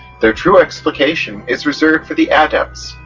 their true explication is reserved for the adepts,